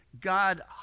God